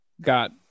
got